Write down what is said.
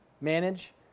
manage